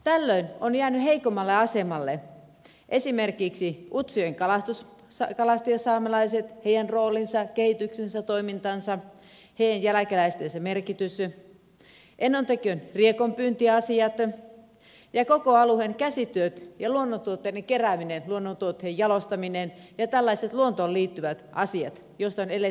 tällöin ovat jääneet heikommalle asemalle esimerkiksi utsjoen kalastajasaamelaiset heidän roolinsa kehityksensä toimintansa heidän jälkeläistensä merkitys enontekiön riekonpyyntiasiat ja koko alueen käsityöt sekä luonnontuotteiden kerääminen luonnontuotteiden jalostaminen ja tällaiset luontoon liittyvät asiat joista on eletty ja joilla on toimittu